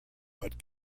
but